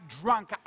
drunk